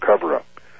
cover-up